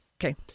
Okay